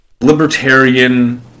libertarian